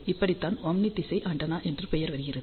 இப்படி தான் ஓம்னி திசை ஆண்டெனா என்ற பெயர் வருகிறது